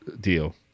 deal